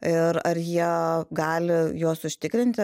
ir ar jie gali juos užtikrinti